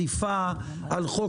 נזיפה, על חוק